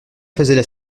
faisaient